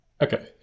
Okay